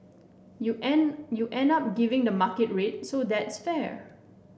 you end you end up giving the market rate so that's fair